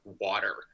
water